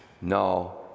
No